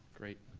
great.